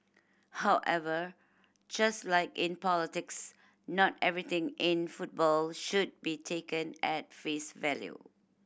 however just like in politics not everything in football should be taken at face value